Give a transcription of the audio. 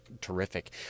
terrific